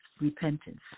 repentance